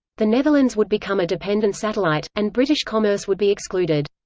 the netherlands would become a dependent satellite, and british commerce would be excluded.